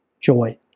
joy